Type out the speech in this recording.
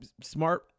smart